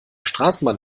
straßenbahn